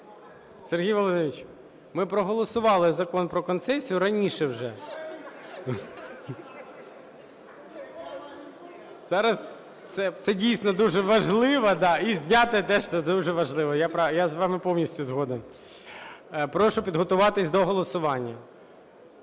Сергій Володимирович, ми проголосували Закон про концесії раніше вже. Зараз це, дійсно, дуже важливо, да. І зняти теж дуже важливо. Я з вами повністю згоден. Прошу підготуватись до голосування.